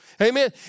Amen